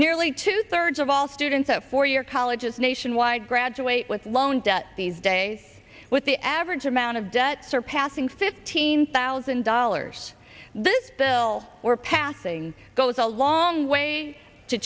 nearly two thirds of all students at four year colleges nationwide graduate with loan debt these days with the average amount of debt surpassing fifteen thousand dollars this bill passing goes a long way to